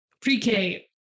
pre-K